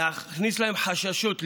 להכניס להם חששות,